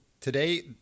Today